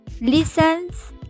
listens